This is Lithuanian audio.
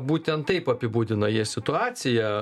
būtent taip apibūdina jie situaciją